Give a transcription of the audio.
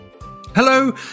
Hello